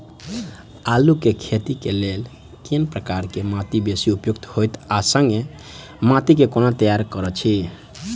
आलु केँ खेती केँ लेल केँ प्रकार केँ माटि बेसी उपयुक्त होइत आ संगे माटि केँ कोना तैयार करऽ छी?